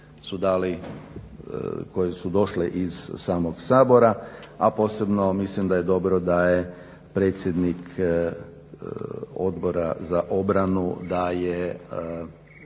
koje su došle iz samog Sabora, a posebno mislim da je dobro da je predsjednik Odbora za obranu da je